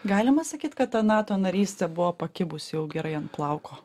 galima sakyt kad ta nato narystė buvo pakibus jau gerai ant plauko